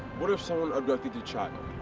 what if someone abducted your child?